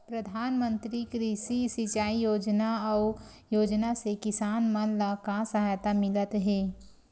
प्रधान मंतरी कृषि सिंचाई योजना अउ योजना से किसान मन ला का सहायता मिलत हे?